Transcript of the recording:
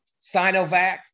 Sinovac